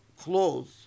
clothes